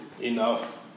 enough